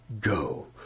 go